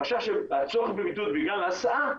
הצורך בבידוד בגלל הסעה,